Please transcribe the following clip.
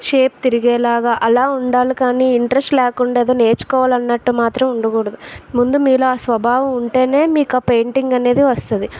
shape తిరిగేలాగా అలా ఉండాలి కానీ ఇంట్రెస్ట్ లేకుండా ఏదో నేర్చుకోవాలి అన్నట్టు మాత్రం ఉండకూడదు ముందు మీలో ఆ స్వభావం ఉంటేనే మీకు ఆ పెయింటింగ్ అనేది వస్తుంది